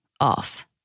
off